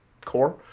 core